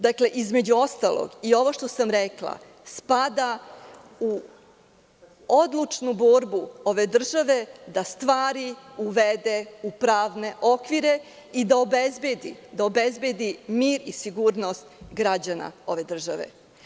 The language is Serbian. Dakle, između ostalog i ovo što sam rekla, spada u odlučnu borbu ove države da stvari uvede u pravne okvire i da obezbedi mir i sigurnost građana ove države.